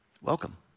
welcome